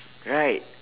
right